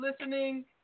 listening